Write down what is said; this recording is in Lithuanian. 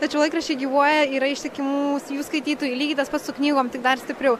tačiau laikraščiai gyvuoja yra ištikimų jų skaitytojų lygiai tas pats su knygom tik dar stipriau